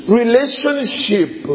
relationship